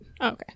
okay